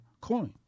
coin